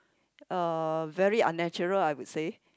uh very unnatural I would say